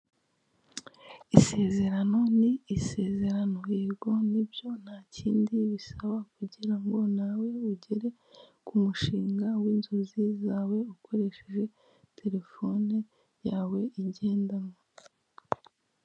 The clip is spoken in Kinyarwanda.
Isezerano ni isezerano, yego nibyo ntakindi bisaba kugira ngo nawe ugere ku mushinga w'inzozi zawe ukoresheje telefone yawe igendanwa.